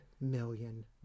million